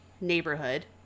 neighborhood